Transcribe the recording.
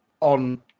on